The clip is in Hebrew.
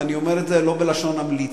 ואני אומר את זה לא בלשון המליצה,